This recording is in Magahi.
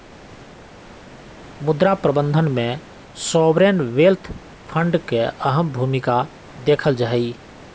मुद्रा प्रबन्धन में सॉवरेन वेल्थ फंड के अहम भूमिका देखल जाहई